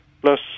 plus